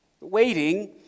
Waiting